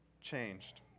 changed